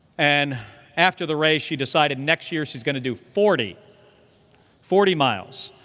and after the race, she decided next year she's going to do forty forty miles.